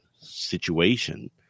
situation